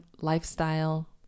lifestyle